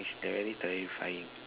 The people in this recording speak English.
is very terrifying